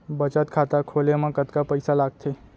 बचत खाता खोले मा कतका पइसा लागथे?